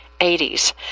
80s